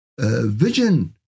vision